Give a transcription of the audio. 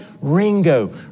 Ringo